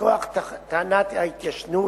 מכוח טענת ההתיישנות,